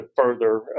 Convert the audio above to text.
further